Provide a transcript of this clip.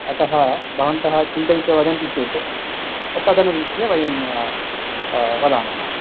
अतः भवन्तः चिन्तयित्वा वदन्ति चेत् तदनुरीत्या वयं वदामः